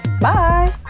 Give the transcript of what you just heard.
Bye